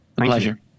pleasure